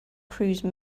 cruise